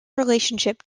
relationship